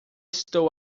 estou